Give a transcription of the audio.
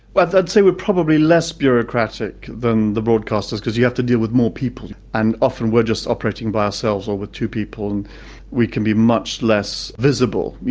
well, i'd say we're probably less bureaucratic than the broadcasters, because you have to deal with more people, and often we're just operating by ourselves or with two people and we can be much less visible. you